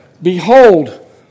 Behold